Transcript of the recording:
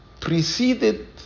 preceded